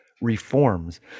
reforms